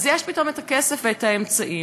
אז יש פתאום את הכסף ואת האמצעים.